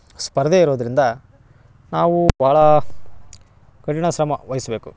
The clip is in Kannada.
ಸ್ಪರ್ಧೆ ಇರೋದರಿಂದ ನಾವು ಭಾಳ ಕಠಿಣ ಶ್ರಮ ವಹಿಸ್ಬೇಕು